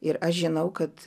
ir aš žinau kad